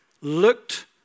looked